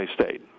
State